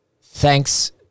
Thanks